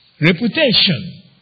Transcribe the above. reputation